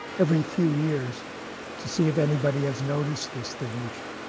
every few years to see if anybody has noticed this thing, which